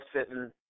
sitting